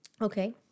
Okay